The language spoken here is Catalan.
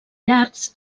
llargs